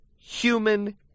human